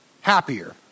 happier